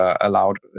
allowed